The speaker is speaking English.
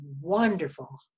wonderful